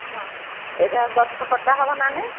ହଁ ସେ ଜାହା ଗଛ କଟା ହେବ ନା ନାହିଁ